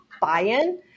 buy-in